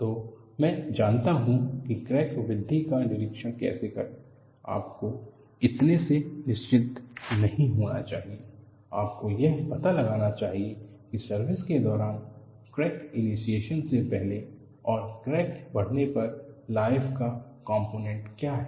तो मैं जनता हूँ कि क्रैक वृद्धि का निरीक्षण कैसे करें आपको इतने से निश्चिंत नहीं होना चाहिए आपको यह पता लगाना चाहिए कि सर्विस के दौरान क्रैक इनीसीएसन से पहले और क्रैक बढ़ने पर लाइफ का कॉम्पोनेन्ट क्या है